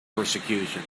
persecution